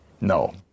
No